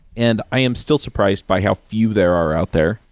and i am still surprised by how few there are out there.